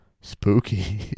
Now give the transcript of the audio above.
Spooky